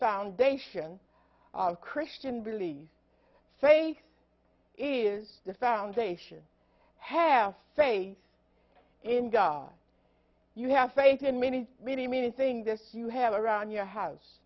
foundation of christian belief saints is the foundation half faith in god you have faith in many many many thing this you have around your house